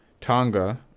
Tonga